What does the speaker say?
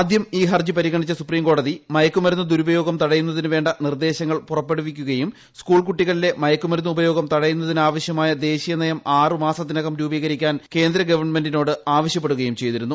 ആദ്യം ഈ ഹർജി പരിഗണിച്ച സുപ്രീംകോടതി മയക്കുമരുന്ന് ദുരുപയോഗം തടയുന്നതിന് വേണ്ട നിർദ്ദേശങ്ങൾ പുറപ്പെടുവിക്കുകയും സ്കൂൾ കുട്ടികളിലെ മയക്കുമരുന്ന് ഉപയോഗം തടയുന്നതിന് ആവശ്യമായ ദേശീയ നയം ആറ് മാസത്തിനകം രൂപീകരിക്കാൻ കേന്ദ്രഗവൺമെന്റിനോട് ആവശ്യപ്പെടുകയും ചെയ്തിരുന്നു